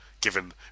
given